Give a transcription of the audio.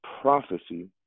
prophecy